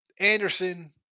Anderson